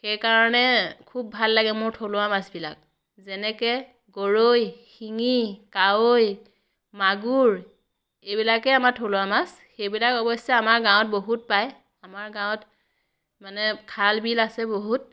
সেইকাৰণে খুব ভাল লাগে মোৰ থলুৱা মাছবিলাক যেনেকৈ গৰৈ শিঙি কাৱৈ মাগুৰ এইবিলাকেই আমাৰ থলুৱা মাছ সেইবিলাক অৱশ্যে আমাৰ গাঁৱত বহুত পায় আমাৰ গাঁৱত মানে খাল বিল আছে বহুত